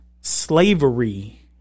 slavery